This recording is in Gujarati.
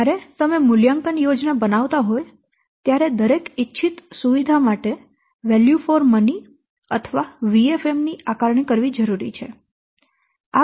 જ્યારે તમે મૂલ્યાંકન યોજના બનાવતા હોવ ત્યારે દરેક ઇચ્છિત સુવિધા માટે વેલ્યુ ફોર મની અથવા VFM ની આકારણી કરવી જરૂરી છે